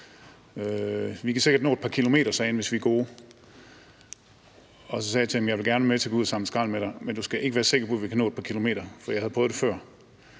Vi kan sikkert nå et par kilometer, hvis vi er gode, sagde han. Og så sagde jeg til ham: Jeg vil gerne med dig ud at samle skrald, men du skal ikke være sikker på, at vi kan nå et par kilometer, for jeg har prøvet det før.